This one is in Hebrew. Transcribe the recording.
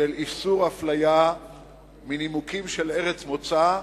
איסור הפליה מנימוקים של ארץ מוצא,